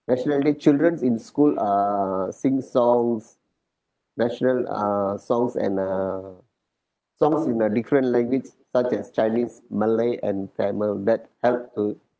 national day childrens in school uh sing songs national uh songs and uh songs in a different language such as chinese malay and tamil that help to